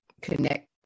connect